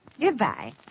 Goodbye